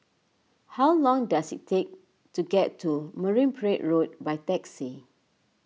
how long does it take to get to Marine Parade Road by taxi